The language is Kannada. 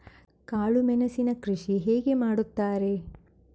ಕಾಳು ಮೆಣಸಿನ ಕೃಷಿ ಹೇಗೆ ಮಾಡುತ್ತಾರೆ?